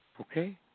Okay